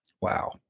Wow